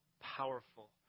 powerful